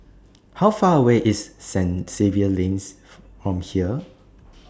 How Far away IS Saint Xavier's Lane from here